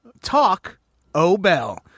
Talk-O-Bell